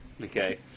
okay